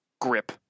grip